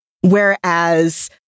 Whereas